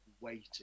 waiting